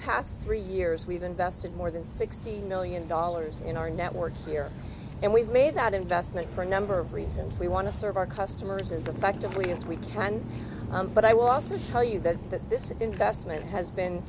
past three years we've invested more than sixty million dollars in our network here and we've made that investment for a number of reasons we want to serve our customers as a factory as we can but i will also tell you that that this investment has been